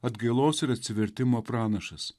atgailos ir atsivertimo pranašas